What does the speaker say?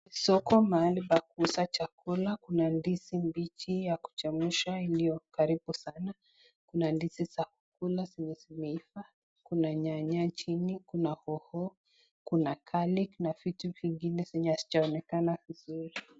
Soko mahali pa kuuza chakula kuna ndizi mbichi ya kuchemsha iliyo karibu sana na ndizi za kukula zenye zimeiva kuna nyanya chini kuna hoho kuna garlic na vitu vingine zenye haijaonekana vizuri.